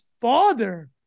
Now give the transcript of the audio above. father